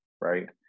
Right